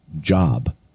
job